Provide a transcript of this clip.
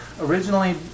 originally